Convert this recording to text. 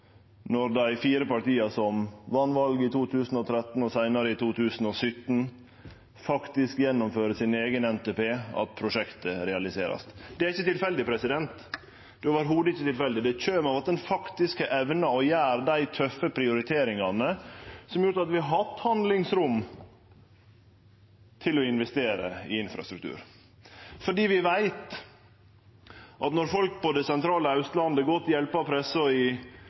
når dei fire partia som vann valet i 2013 og seinare i 2017, faktisk gjennomfører sin eigen NTP, at prosjektet vert realisert. Det er slett ikkje tilfeldig. Det kjem av at ein faktisk har evna å gjere dei tøffe prioriteringane som har gjort at vi har hatt handlingsrom til å investere i infrastruktur, fordi vi veit at når folk på det sentrale Austlandet, godt hjelpte av pressa i